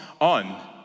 on